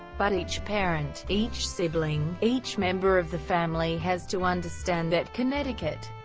but each parent, each sibling, each member of the family has to understand that connecticut,